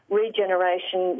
regeneration